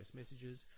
messages